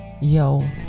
Yo